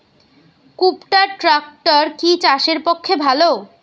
কুবটার ট্রাকটার কি চাষের পক্ষে ভালো?